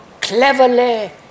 cleverly